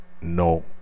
no